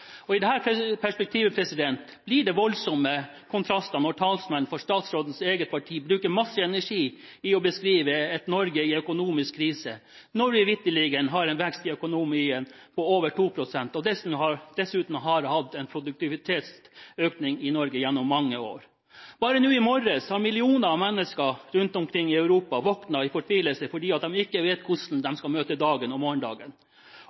perspektivet blir det voldsomme kontraster når talsmenn for statsrådens eget parti bruker mye energi på å beskrive et Norge i økonomisk krise, når vi vitterlig har en vekst i økonomien på over 2 pst., og dessuten har hatt en produktivitetsøkning gjennom mange år. Bare nå i morges har millioner av mennesker rundt omkring i Europa våknet i fortvilelse fordi de ikke vet hvordan de skal møte dagen og morgendagen.